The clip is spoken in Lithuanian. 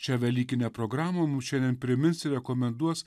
šią velykinę programą mum šiandien primins rekomenduos